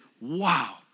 wow